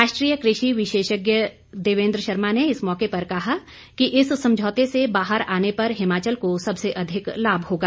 राष्ट्रीय कृषि विशेषज्ञ देवेंद्र शर्मा ने इस मौके पर कहा कि इस समझौते से बाहर आने पर हिमाचल को सबसे अधिक लाभ होगा